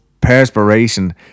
perspiration